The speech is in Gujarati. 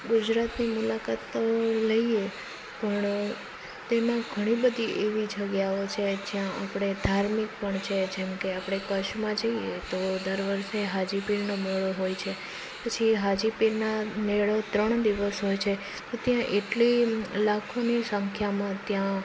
ગુજરાતની મુલાકાત તો લઈએ પણ તેમાં ઘણી બધી એવી જગ્યાઓ છે જ્યાં આપણે ધાર્મિક પણ છે જેમ કે કચ્છમાં જઈએ તો દર વર્ષે હાજીપીરનો મેળો હોય છે પછી હાજીપીરનાં મેળો ત્રણ દિવસ હોય છે ત્યાં એટલી લાખોની સંખ્યામાં ત્યાં